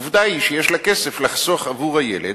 עובדה שיש לה כסף לחסוך עבור הילד,